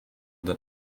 that